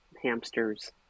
hamsters